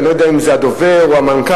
אני לא יודע אם זה הדובר או המנכ"ל,